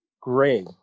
gray